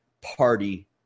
party